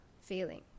feeling